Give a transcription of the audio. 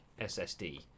ssd